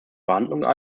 verhandlungen